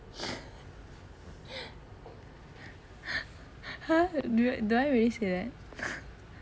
!huh! do do I really say that